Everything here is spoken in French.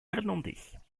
irlandais